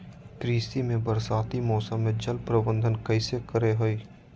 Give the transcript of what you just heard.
कृषि में बरसाती मौसम में जल प्रबंधन कैसे करे हैय?